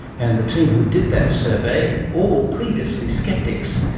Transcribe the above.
and the team who did that survey, all previously sceptics,